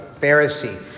Pharisee